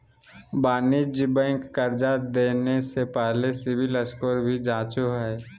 वाणिज्यिक बैंक कर्जा देने से पहले सिविल स्कोर भी जांचो हइ